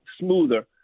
smoother